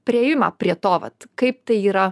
priėjimą prie to vat kaip tai yra